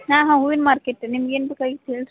ಹಾಂ ಹಾಂ ಹೂವಿನ ಮಾರ್ಕೆಟ್ಟು ನಿಮ್ಗೆ ಏನ್ಬೇಕಾಗಿತ್ತು ಹೇಳ್ರೀ